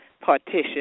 Partition